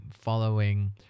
following